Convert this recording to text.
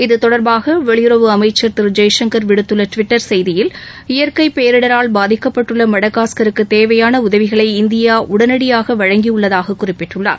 இதுதொடர்பாக வெளியுறவு அமைச்சர் திரு எஸ் ஜெய்சங்கர் விடுத்துள்ள டுவிட்டர் செய்தியில் இயற்கை பேரிடரால் பாதிக்கப்பட்டுள்ள மடகாஸ்கருக்குத் தேவையான உதவிகளை இந்தியா உடனடியாக வழங்கியுள்ளதாகக் குறிப்பிட்டுள்ளார்